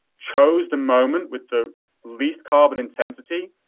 chose the moment with the least carbon intensity,